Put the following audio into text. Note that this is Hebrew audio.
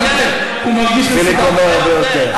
אורן, הרבה יותר.